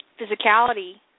physicality